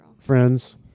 Friends